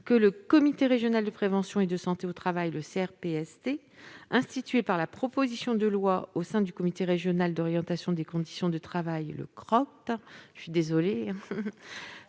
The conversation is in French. que le comité régional de prévention et de santé au travail (CRPST), institué par la proposition de loi au sein du comité régional d'orientation des conditions de travail (Croct), formule